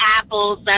apples